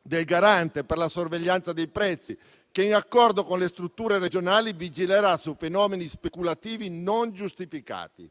del Garante per la sorveglianza dei prezzi che, in accordo con le strutture regionali, vigilerà su fenomeni speculativi non giustificati.